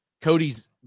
Cody's